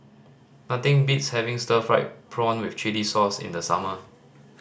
nothing beats having stir fried prawn with chili sauce in the summer